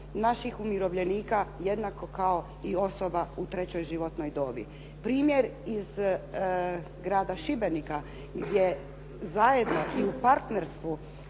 naših umirovljenika jednako kao i osoba u trećoj životnoj dobi. Primjer iz grada Šibenika gdje zajedno i u partnerstvu